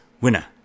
Winner